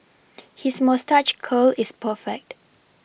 his moustache curl is perfect